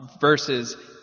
versus